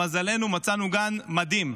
למזלנו מצאנו גן מדהים.